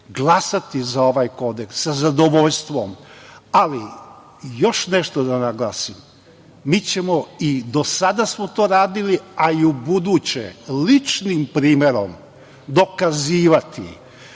glasati za ovaj kodeks, sa zadovoljstvom. Ali, još nešto da naglasim. Mi ćemo, i do sada smo to radili, ali i ubuduće, ličnim primerom dokazivati